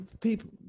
people